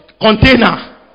container